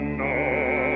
no